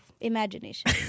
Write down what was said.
imagination